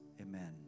amen